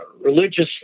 religious